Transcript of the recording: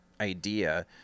idea